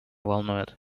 волнует